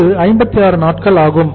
இது 56 நாட்கள் ஆகும்